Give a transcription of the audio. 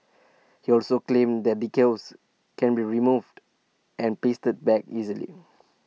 he also claimed the decals can be removed and pasted back easily